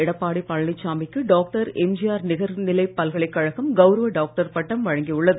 எடப்பாடி பழனிசாமிக்கு doctor MGR நிகர்நிலை பல்கலைக்கழகம் கவுரவ டாக்டர் பட்டம் வழங்கியுள்ளது